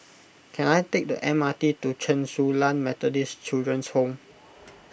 can I take the M R T to Chen Su Lan Methodist Children's Home